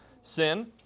sin